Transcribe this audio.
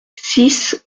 six